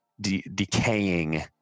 decaying